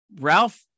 Ralph